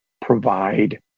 provide